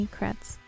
Kretz